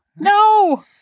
No